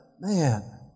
man